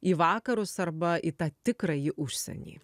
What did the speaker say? į vakarus arba į tą tikrąjį užsienį